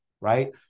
right